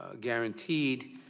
ah guaranteed,